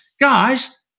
guys